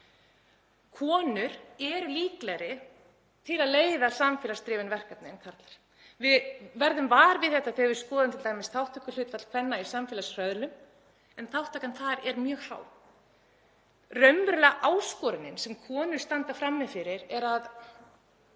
Konur eru líklegri til að leiða samfélagsdrifin verkefnin en karlar og við verðum vör við þetta þegar við skoðum t.d. þátttökuhlutfall kvenna í samfélagshröðlum, en þátttakan þar er mjög mikil. Raunverulega áskorunin sem konur standa frammi fyrir er að